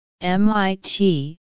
MIT